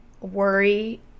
worry